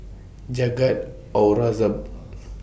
Jagat Aurangzeb